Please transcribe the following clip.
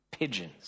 Pigeons